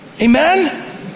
Amen